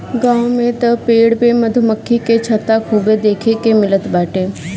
गांव में तअ पेड़ पे मधुमक्खी के छत्ता खूबे देखे के मिलत बाटे